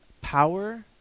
power